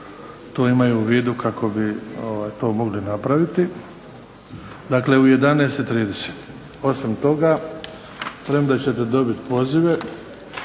to imaju u vidu kako bi to mogli napraviti. Dakle, u 11,30. Osim toga premda ćete dobit pozive